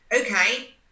Okay